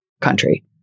country